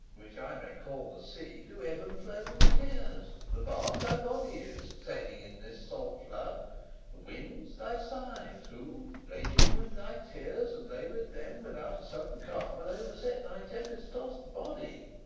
which i may call the sea, do ebb and flow with tears the bark thy body is, sailing in this salt flood the winds, thy sighs who raging with thy tears and they with them without a sudden calm, will overset thy tempest-tossed body